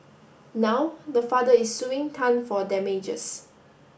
now the father is suing Tan for damages